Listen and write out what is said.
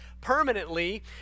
permanently